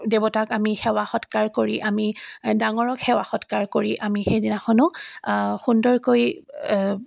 দেৱতাক আমি সেৱা সৎকাৰ কৰি আমি ডাঙৰক সেৱা সৎকাৰ কৰি আমি সেই দিনাখনো সুন্দৰকৈ